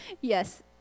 yes